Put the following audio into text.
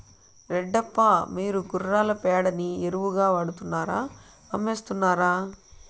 రెడ్డప్ప, మీరు గుర్రాల పేడని ఎరువుగా వాడుతున్నారా అమ్మేస్తున్నారా